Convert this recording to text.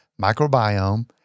microbiome